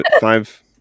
five